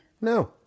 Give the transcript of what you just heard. No